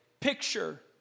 picture